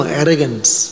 arrogance